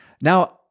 Now